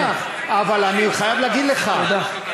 חנוכה שמח, אבל אני חייב להגיד לך, תודה.